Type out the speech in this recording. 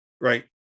Right